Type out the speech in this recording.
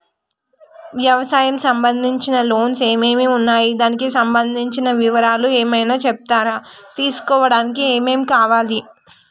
వ్యవసాయం సంబంధించిన లోన్స్ ఏమేమి ఉన్నాయి దానికి సంబంధించిన వివరాలు ఏమైనా చెప్తారా తీసుకోవడానికి ఏమేం కావాలి?